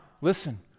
listen